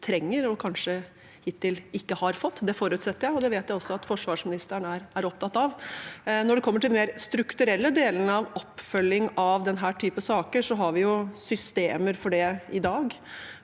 og kanskje hittil ikke har fått. Det forutsetter jeg, og det vet jeg også at forsvarsministeren er opptatt av. Når det gjelder den mer strukturelle delen av oppfølging av denne typen saker, har vi systemer for det i dag,